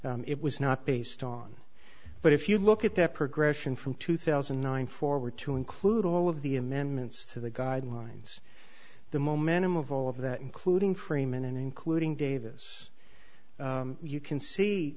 case it was not based on but if you look at the progression from two thousand and nine forward to include all of the amendments to the guidelines the momentum of all of that including freeman and including davis you can see